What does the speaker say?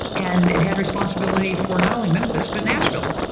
and it had responsibility for not only memphis, but nashville.